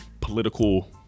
political